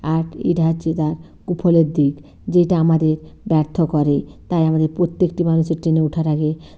আর এটা হচ্ছে তার কুফলের দিক যেটা আমাদের ব্যর্থ করে তাই আমাদের প্রত্যেকটি মানুষের ট্রেনে ওঠার আগে